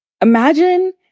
Imagine